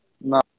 No